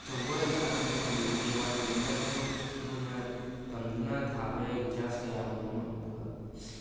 ꯑꯆꯧꯕ ꯑꯦꯟꯇ꯭ꯔꯥꯟꯁꯀꯨꯝꯕ ꯊꯥꯅꯤꯡꯉꯁꯨ ꯀꯦ ꯋꯥꯟ ꯏꯚꯦꯟꯗꯁꯨ ꯑꯩꯈꯣꯏꯅ ꯇꯝꯗꯨꯅ ꯊꯥꯕ ꯑꯦꯟꯇ꯭ꯔꯥꯟꯁ ꯀꯌꯥ ꯃꯔꯨꯝ ꯑꯃ ꯑꯗꯨꯒ